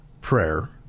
prayer